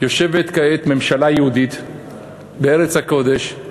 יושבת כעת ממשלה יהודית בארץ הקודש,